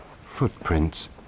Footprints